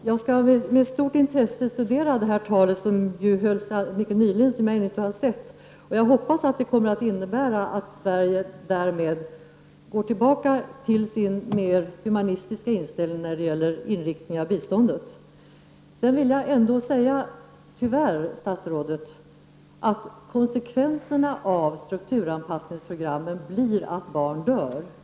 Herr talman! Jag skall med stort intresse studera talet som biståndsministern höll alldeles nyligen och som jag inte har sett. Jag hoppas att det innebär att Sverige därmed går tillbaka till sin mer humanistiska inställning när det gäller inriktningen av biståndet. Sedan vill jag ändå säga — tyvärr, statsrådet — att konsekvenserna av strukturanpassningsprogrammen blir att barn dör.